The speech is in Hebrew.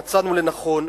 מצאנו לנכון,